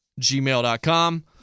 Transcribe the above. gmail.com